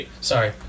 sorry